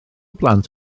blant